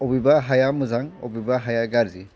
बबेबा हाया मोजां बबेबा हाया गाज्रि